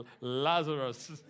Lazarus